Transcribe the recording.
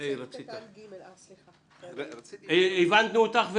הבנו אותך?